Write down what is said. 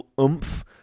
oomph